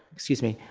excuse me.